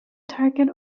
target